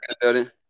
building